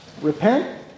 Repent